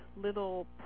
little